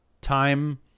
time